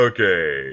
Okay